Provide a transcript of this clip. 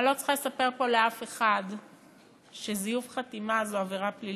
אני לא צריכה לספר פה לאף אחד שזיוף חתימה זו עבירה פלילית.